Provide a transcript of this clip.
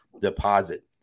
deposit